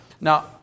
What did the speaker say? Now